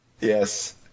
Yes